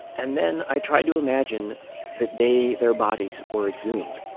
and then i tried to imagine the day their bodies were exhumed